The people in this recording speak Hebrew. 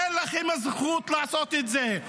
אין לכם הזכות לעשות את זה.